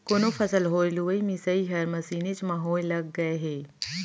कोनो फसल होय लुवई मिसई हर मसीनेच म होय लग गय हे